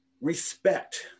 Respect